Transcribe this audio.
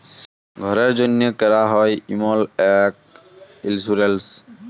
ঘ্যরের জ্যনহে ক্যরা হ্যয় এমল ইক ইলসুরেলস